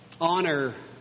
Honor